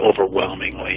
overwhelmingly